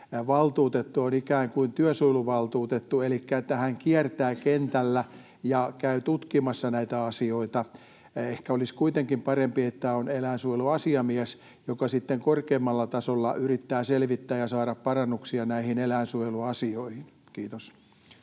valtuutettu on ikään kuin työsuojeluvaltuutettu elikkä hän kiertää kentällä ja käy tutkimassa näitä asioita. Ehkä olisi kuitenkin parempi, että on eläinsuojeluasiamies, joka sitten korkeimmalla tasolla yrittää selvittää ja saada parannuksia näihin eläinsuojeluasioihin. — Kiitos.